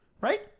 Right